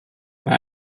bei